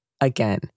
Again